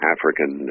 African